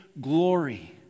glory